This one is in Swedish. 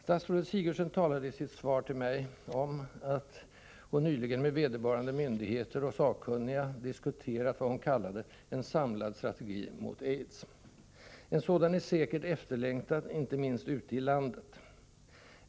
Statsrådet Sigurdsen talade i sitt svar till mig om att hon nyligen med vederbörande myndigheter och sakkunniga diskuterat vad hon kallade ”en samlad strategi” mot AIDS. En sådan är säkert efterlängtad, inte minst ute i landet.